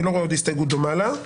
אני לא רואה עוד הסתייגות דומה לה.